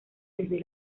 desde